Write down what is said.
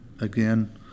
again